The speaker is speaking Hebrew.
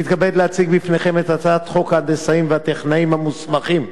אני מתכבד להציג בפניכם את הצעת חוק ההנדסאים והטכנאים המוסמכים.